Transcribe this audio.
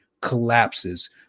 collapses